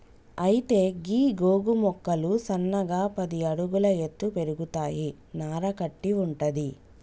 అయితే గీ గోగు మొక్కలు సన్నగా పది అడుగుల ఎత్తు పెరుగుతాయి నార కట్టి వుంటది